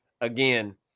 again